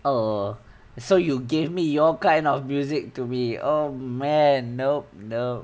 oh so you gave me your kind of music to me oh man nope nope